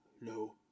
no